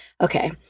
okay